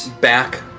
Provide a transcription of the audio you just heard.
back